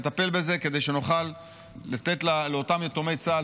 לטפל בזה כדי שנוכל לתת לאותם יתומי צה"ל,